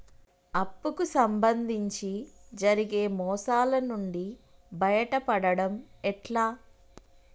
అప్పు కు సంబంధించి జరిగే మోసాలు నుండి బయటపడడం ఎట్లా?